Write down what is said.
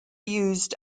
used